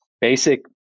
basic